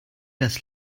das